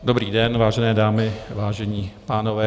Dobrý den, vážené dámy, vážení pánové.